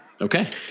Okay